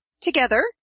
together